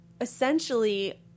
essentially